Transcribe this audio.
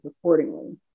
accordingly